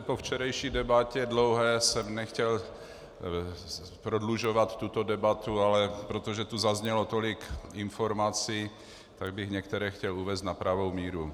Po včerejší dlouhé debatě jsem nechtěl prodlužovat tuto debatu, ale protože tu zaznělo tolik informací, tak bych některé chtěl uvést na pravou míru.